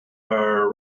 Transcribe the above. are